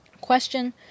question